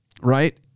Right